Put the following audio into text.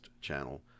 channel